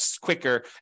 quicker